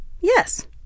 Yes